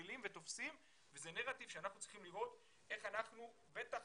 ומחלחלים ותופסים וזה נרטיב שאנחנו צריכים לראות איך אנחנו בטח